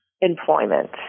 employment